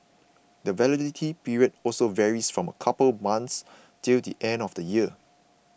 the validity period also varies from a couple of months till the end of the year